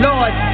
Lord